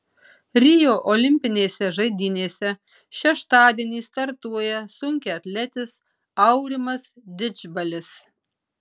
rio olimpinėse žaidynėse šeštadienį startuoja sunkiaatletis aurimas didžbalis